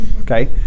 Okay